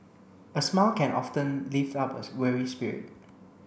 a smile can often lift up a weary spirit